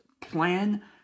plan